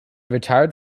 retired